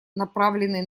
направленные